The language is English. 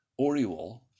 Oriol